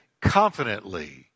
confidently